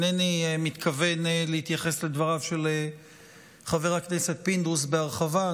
אינני מתכוון להתייחס לדבריו של חבר הכנסת פינדרוס בהרחבה.